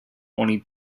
only